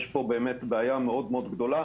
יש פה בעיה מאוד גדולה,